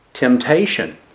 Temptation